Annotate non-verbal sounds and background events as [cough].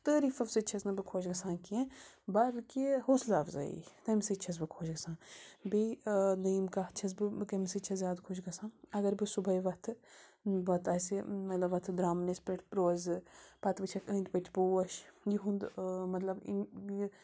تعریٖفو سۭتۍ چھَس نہٕ بہٕ خۄش گژھان کیٚنٛہہ بَلکہِ حوصلَہ اَفضٲیی تَمہِ سۭتۍ چھَس بہٕ خۄش گژھان بیٚیہِ دوٚیِم کَتھ چھَس بہٕ بہٕ کمہِ سۭتۍ چھَس زیادٕ خۄش گژھان اَگر بہٕ صُبحٲے وَتھٕ پَتہٕ آسہِ [unintelligible] درٛمنِس پٮ۪ٹھ روزٕ پَتہٕ وٕچھَکھ أنٛدۍ پٔتۍ پوش یِہُنٛد مطلب یِم یہِ